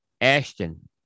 Ashton